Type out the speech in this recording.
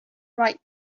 right